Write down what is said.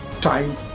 time